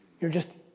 you're just,